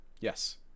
Yes